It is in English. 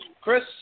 Chris